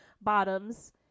bottoms